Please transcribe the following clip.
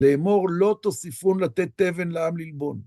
לאמור לא תוסיפון לתת תבן לעם ללבון.